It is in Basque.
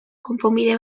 konponbide